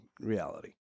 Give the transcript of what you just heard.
reality